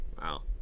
Wow